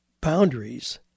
boundaries